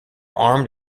armed